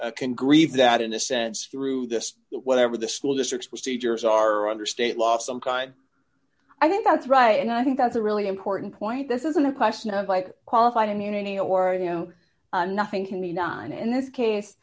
doing congreve that in a sense through this whatever the school district which teachers are under state law some pride i think that's right and i think that's a really important point this isn't a question of like qualified immunity or you know nothing can be done in this case